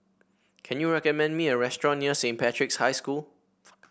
can you recommend me a restaurant near Saint Patrick's High School